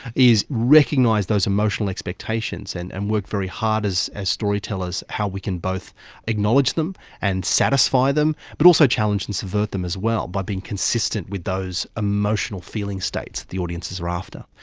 is recognise those emotional expectations and and work very hard as as storytellers how we can both acknowledge them and satisfy them, but also challenge and subvert them as well by being consistent with those emotional feeling states the audiences are after.